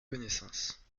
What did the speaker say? connaissance